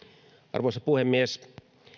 arvoisa puhemies